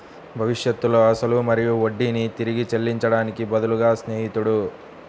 భవిష్యత్తులో అసలు మరియు వడ్డీని తిరిగి చెల్లించడానికి బదులుగా స్నేహితుడు